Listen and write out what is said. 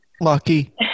lucky